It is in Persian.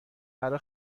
برا